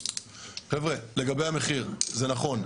חבר'ה, לגבי המחיר, זה נכון.